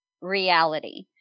reality